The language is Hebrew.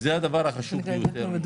מבחינתי זה הדבר החשוב ביותר.